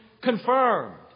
confirmed